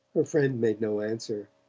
her friend made no answer,